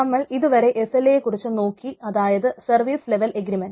നമ്മൾ ഇതുവരെ SLA യെ കുറിച്ച് നോക്കി അതായത് സർവീസ് ലെവൽ എഗ്രിമെൻറ്